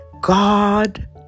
God